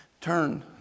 Turn